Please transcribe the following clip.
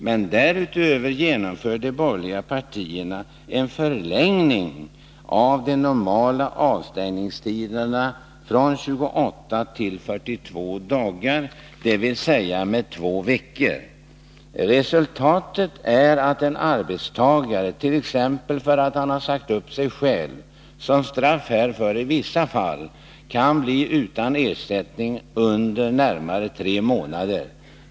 Men därutöver genomförde de borgerliga partierna en förlängning av de normala avstängningstiderna från 28 till 42 dagar, dvs. med två veckor. Resultatet är att en arbetstagare, t.ex. för att han sagt upp sig själv, som straff härför i vissa fall kan bli utan ersättning under närmare tre månader.